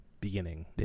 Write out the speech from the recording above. beginning